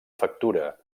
factura